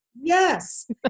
Yes